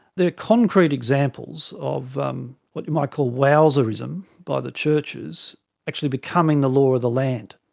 they are concrete examples of um what you might call wowserism by the churches actually becoming the law of the land.